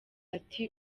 ati